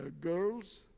girls